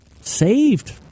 saved